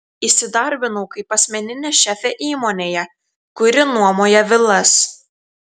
įsidarbinau kaip asmeninė šefė įmonėje kuri nuomoja vilas